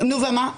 נו, ומה?